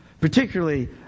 particularly